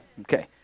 Okay